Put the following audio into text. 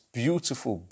beautiful